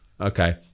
Okay